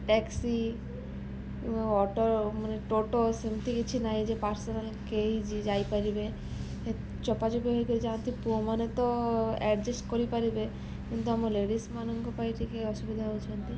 taxi auto ମାନେ auto ସେମିତି କିଛି ନାହିଁ ଯେ ପାର୍ସଲ୍ କେହି ଯାଇପାରିବେ ଚପାଚପି ହୋଇକିରି ଯାଆନ୍ତି ପୁଅମାନେ ତ ଆଡ଼ଜଷ୍ଟ କରିପାରିବେ କିନ୍ତୁ ଆମ ଲେଡ଼ିସ୍ମାନଙ୍କ ପାଇଁ ଟିକେ ଅସୁବିଧା ହଉଛନ୍ତି